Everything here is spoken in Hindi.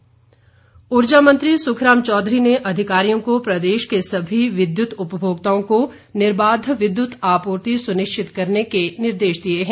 सुखराम चौधरी ऊर्जा मंत्री सुखराम चौधरी ने अधिकारियों को प्रदेश के सभी विद्युत उपभोक्ताओं को निर्बाध विद्युत आपूर्ति सुनिश्चित करने के निर्देश दिए हैं